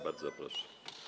Bardzo proszę.